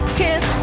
kiss